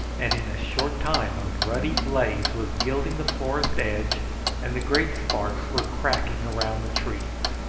and in a short time a ruddy blaze was gilding the forest edge and the great sparks were cracking around the trees.